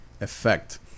effect